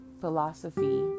philosophy